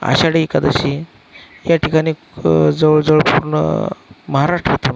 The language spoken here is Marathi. आषाढी एकादशी या ठिकाणी जवळ जवळ पूर्ण महाराष्ट्रातून